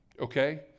okay